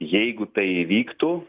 jeigu tai įvyktų